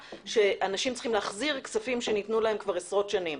שאנשים צריכים להחזיר כספים שניתנו להם כבר עשרות שנים.